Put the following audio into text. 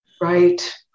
right